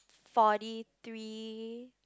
forty three